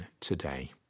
today